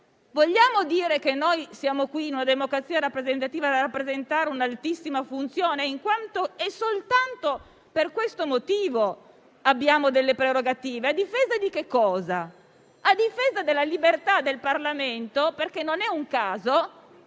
Vogliamo dire che siamo qui in una democrazia rappresentativa a rappresentare un'altissima funzione? È soltanto per questo motivo che abbiamo delle prerogative, a difesa della libertà del Parlamento, perché non è un caso